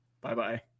Bye-bye